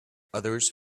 others